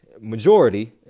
majority